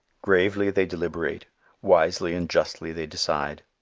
gravely they deliberate wisely and justly they decide.